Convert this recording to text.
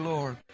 Lord